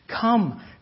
Come